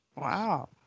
Wow